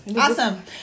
awesome